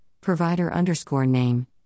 provider-underscore-name